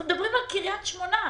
אנחנו מדברים על קרית שמונה,